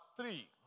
three